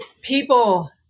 people